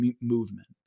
movement